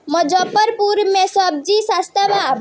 मुजफ्फरपुर में सबजी सस्ता बा